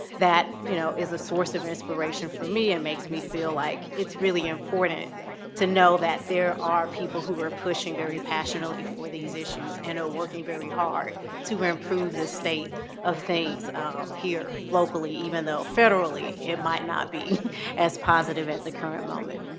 that you know is a source of inspiration for me and makes me feel like it's really important to know that there are people who are pushing very passionately for these issues and are working very hard to improve the state of things here locally, even though, federally, it might not be as positive at the current moment.